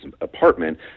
apartment